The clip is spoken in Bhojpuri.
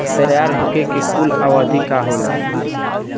तैयार होखे के कूल अवधि का होला?